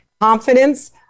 confidence